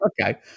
okay